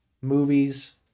movies